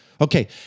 Okay